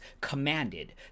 commanded